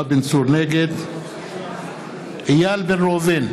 נגד איל בן ראובן,